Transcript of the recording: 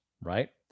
right